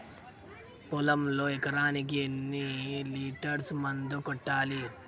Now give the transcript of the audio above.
పొలంలో ఎకరాకి ఎన్ని లీటర్స్ మందు కొట్టాలి?